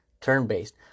turn-based